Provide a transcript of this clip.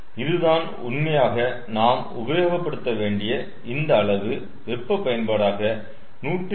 இதுதான் உண்மையாக நாம் உபயோகப்படுத்த வேண்டிய இந்த அளவு வெப்ப பயன்பாடாக 107